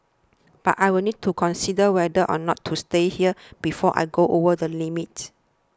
but I will need to consider whether or not to stay here before I go over the limit